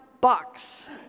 bucks